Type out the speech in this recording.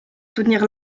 soutenir